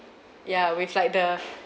ya with like the